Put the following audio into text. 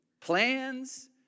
Plans